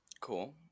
Cool